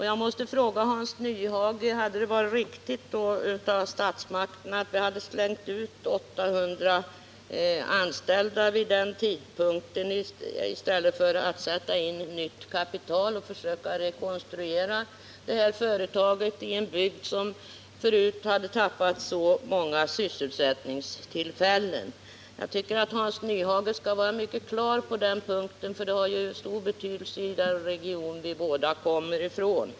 Jag måste fråga Hans Nyhage: Hade det varit riktigt av statsmakterna att slänga ut 800 anställda vid den tidpunkten i stället för att föra in nytt kapital och försöka rekonstruera företaget i en bygd som redan hade förlorat så många sysselsättningstillfällen? Jag tycker att Hans Nyhage borde ha detta mycket klart för sig. Det har ju stor betydelse för den region vi båda kommer ifrån.